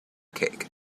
cake